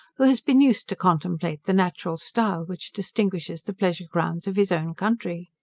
who has been used to contemplate the natural style which distinguishes the pleasure grounds of his own country.